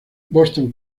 boston